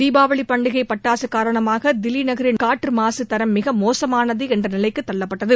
தீபாவளிப் பண்டிகை பட்டாசு காரணமாக தில்லி நகரின் காற்று மாசு தரம் மிக மோசமானது என்ற நிலைக்கு தள்ளப்பட்டது